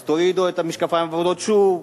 אז תורידו את המשקפיים הוורודים שוב.